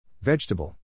Vegetable